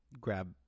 grab